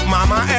Mama